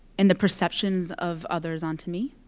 and the perceptions of others onto me,